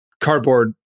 Cardboard